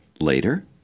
later